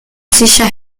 silla